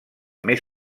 més